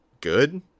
good